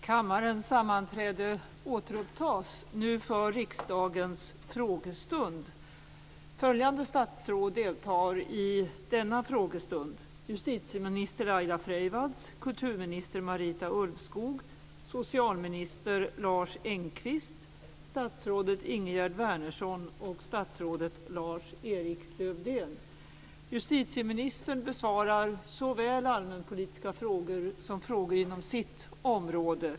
Kammarens sammanträde återupptas, nu för riksdagens frågestund. Följande statsråd deltar i denna frågestund: Justitieministern besvarar såväl allmänpolitiska frågor som frågor inom sitt område.